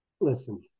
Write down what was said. Listen